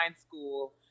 school